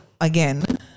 Again